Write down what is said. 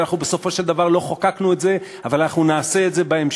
אנחנו בסופו של דבר לא חוקקנו את זה אבל נעשה את זה בהמשך,